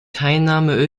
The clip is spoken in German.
teilnahme